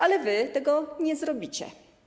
Ale wy tego nie zrobicie.